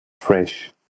fresh